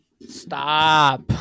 Stop